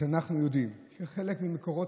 כשאנחנו יודעים שחלק ממקורות